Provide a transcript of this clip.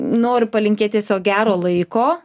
noriu palinkėti tiesiog gero laiko